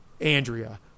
Andrea